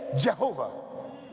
Jehovah